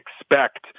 expect